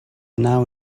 now